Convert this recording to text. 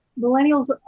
millennials